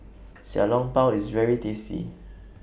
Xiao Long Bao IS very tasty